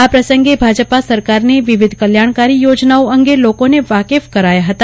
આ પ્રસંગે ભાજપ સરકારની વિવિધ કલ્યાણકારી યોજનાઓ અંગે લોકોને વાકેફ કરાયા ફતા